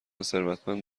ثروتمند